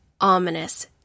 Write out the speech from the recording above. ominous